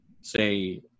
say